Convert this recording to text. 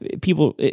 people